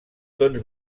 tons